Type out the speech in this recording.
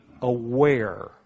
aware